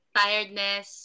tiredness